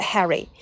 Harry